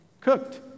cooked